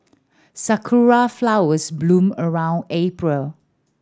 sakura flowers bloom around April